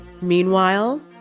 Meanwhile